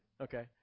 Okay